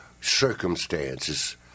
circumstances